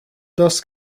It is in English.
dust